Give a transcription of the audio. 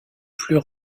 plus